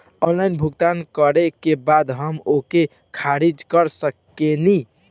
Online भुगतान करे के बाद हम ओके खारिज कर सकेनि?